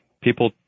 People